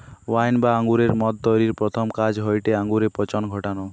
wine বা আঙুরের মদ তৈরির প্রথম কাজ হয়টে আঙুরে পচন ঘটানা